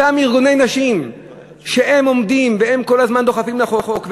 אותם ארגוני נשים שעומדים וכל הזמן דוחפים לחוק,